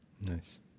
Nice